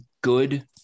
good